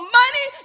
money